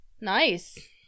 Nice